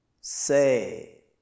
say